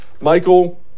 Michael